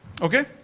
Okay